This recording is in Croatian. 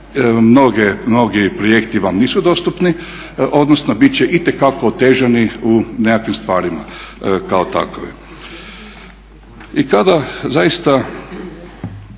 mnogi projekti vam nisu dostupni, odnosno bit će itekako otežani u nekakvim stvarima kao takovi. I kada zaista